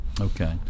okay